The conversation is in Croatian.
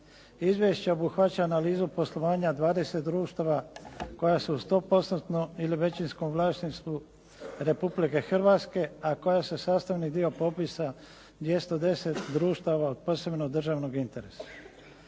Izvješće obuhvaća analizu poslovanja dvadeset društava koja su u 100%-tnom ili većinom vlasništvu Republike Hrvatske a koja su sastavni dio popisa 210 društava od posebnog državnog interesa.